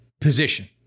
position